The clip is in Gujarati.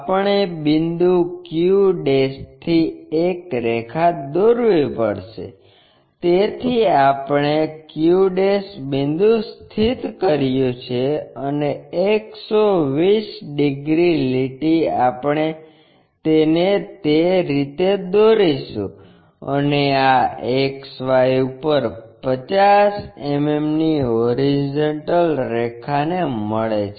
આપણે બિંદુ q થી એક રેખા દોરવી પડશે તેથી આપણે q બિંદુ સ્થિત કર્યું છે અને 120 ડિગ્રી લીટી આપણે તેને તે રીતે દોરીશું અને આ XY ઉપર 50 mmની હોરિઝોન્ટલ રેખાને મળે છે